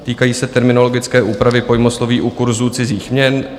Týkají se terminologické úpravy pojmosloví u kurzů cizích měn.